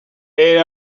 elle